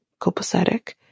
copacetic